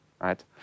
right